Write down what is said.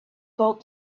called